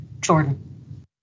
Jordan